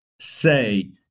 say